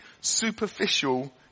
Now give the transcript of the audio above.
superficial